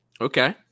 Okay